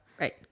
Right